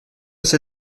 ses